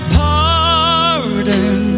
pardon